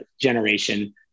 generation